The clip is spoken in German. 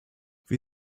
wie